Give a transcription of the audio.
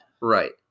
Right